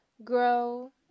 Grow